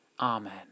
Amen